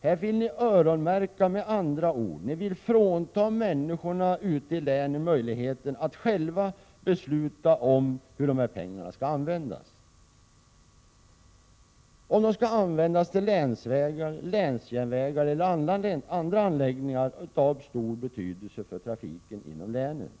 Här vill ni öronmärka medel, med andra ord vill ni frånta människorna ute i länen möjligheten att själva besluta om hur pengarna skall användas — om de skall användas till länsvägar, länsjärnvägar eller andra anläggningar av stor betydelse för trafiken inom länen.